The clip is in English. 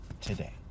today